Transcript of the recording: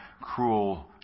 cruel